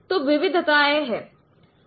तो विविधताएँ हैं